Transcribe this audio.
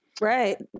right